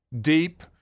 deep